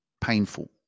painful